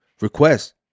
request